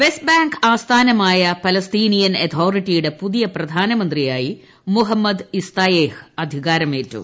west Bank ആസ്ഥാനമായ് Palestinian അതോറിറ്റിയുടെ പുതിയ പ്രധാനമന്ത്രിയായി മുഹമ്മദ് ഇസ്തായേഹ് അധികാരമേറ്റു